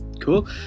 cool